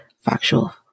factual